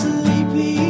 sleepy